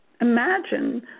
imagine